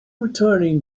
returning